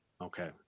Okay